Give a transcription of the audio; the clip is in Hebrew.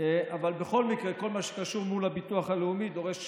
אבל בכל מקרה, כל מה שקשור לביטוח הלאומי דורש